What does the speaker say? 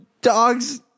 dog's